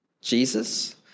Jesus